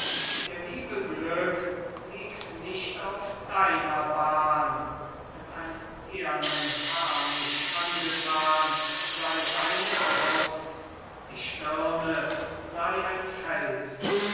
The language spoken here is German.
der liebe glück liegt nicht auf deiner bahn mit einem ehrnen harnisch angetan sei deine brust die stirne sei ein felsen